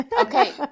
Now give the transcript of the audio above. Okay